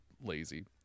lazy